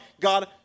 God